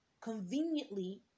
conveniently